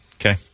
Okay